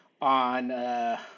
on